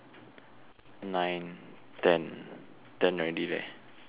nine ten ten already leh